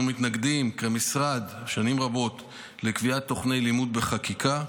אנחנו מתנגדים שנים רבות לקביעת תוכני לימוד בחקיקה,